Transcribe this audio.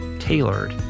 tailored